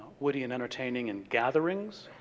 witty and entertaining in gatherings,